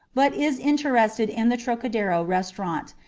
but is interested in the trocadero restaurant,